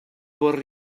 bwriadu